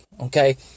okay